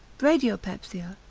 bradiopepsia,